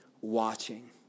watching